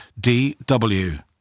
DW